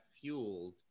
fueled